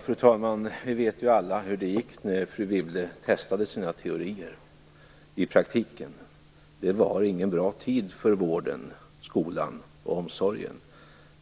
Fru talman! Vi vet alla hur det gick när fru Wibble testade sina teorier i praktiken. Det var ingen bra tid för vården, skolan och omsorgen.